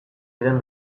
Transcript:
diren